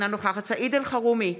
אינה נוכחת סעיד אלחרומי,